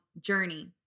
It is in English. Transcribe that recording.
journey